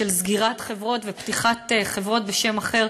של סגירת חברות ופתיחת חברות בשם אחר,